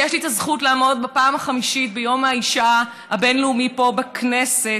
ויש לי את הזכות לעמוד בפעם החמישית ביום האישה הבין-לאומי פה בכנסת,